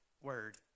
word